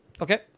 Okay